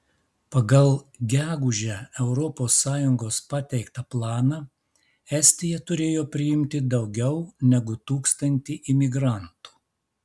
pagal gegužę europos sąjungos pateiktą planą estija turėjo priimti daugiau negu tūkstantį imigrantų